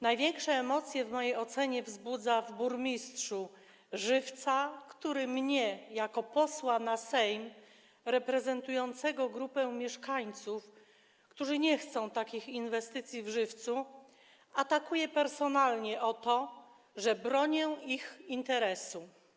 Największe emocje w mojej ocenie wzbudza w burmistrzu Żywca, który mnie jako posła na Sejm reprezentującego grupę mieszkańców, którzy nie chcą takich inwestycji w Żywcu, atakuje personalnie za to, że bronię ich interesu.